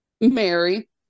Mary